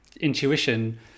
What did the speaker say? intuition